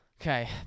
Okay